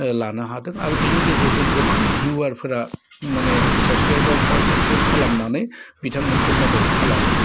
लानो हादों आरो बिनि गेजेरजों गोबां भिउआर फोरा माने साबस्क्राइबार फोरा साबस्क्राइब खालामनानै बिथांमोनखौ मदद खालामदों